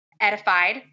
Edified